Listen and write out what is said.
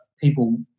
people